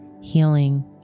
healing